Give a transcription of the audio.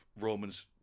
romans